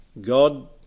God